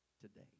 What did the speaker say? today